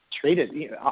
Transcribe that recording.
treated –